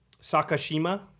Sakashima